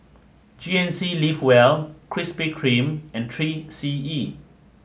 G N C live well Krispy Kreme and three C E